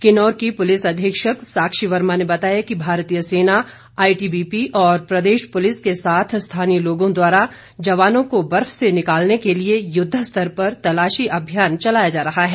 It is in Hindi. किन्नौर की पुलिस अधीक्षक साक्षी वर्मा ने बताया कि भारतीय सेना आईटीबीपी और प्रदेश पुलिस के साथ स्थानीय लोगों द्वारा जवानों को बर्फ से निकालने के लिए युद्धस्तर पर तलाशी अभियान चलाया जा रहा है